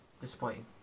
disappointing